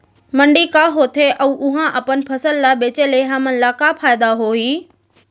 मंडी का होथे अऊ उहा अपन फसल ला बेचे ले हमन ला का फायदा होही?